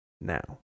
Now